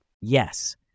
Yes